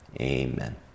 Amen